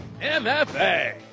MFA